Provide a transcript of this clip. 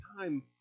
time